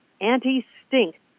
anti-stink